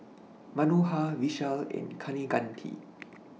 Manohar Vishal and Kaneganti